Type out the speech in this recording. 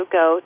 go